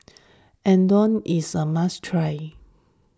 Unadon is a must try